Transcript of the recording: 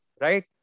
Right